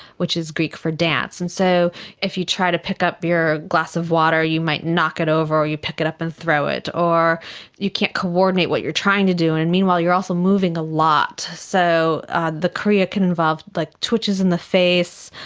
which is greek for dance. and so if you try to pick up your glass of water you might knock it over, or you pick it up and throw it, or you can't coordinate what you are trying to do, and and meanwhile you're also moving a lot. so the chorea can involve like twitches in the face,